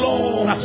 Lord